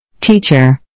Teacher